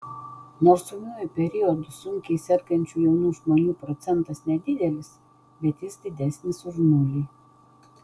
nors ūmiuoju periodu sunkiai sergančių jaunų žmonių procentas nedidelis bet jis didesnis už nulį